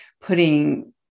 putting